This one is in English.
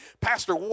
Pastor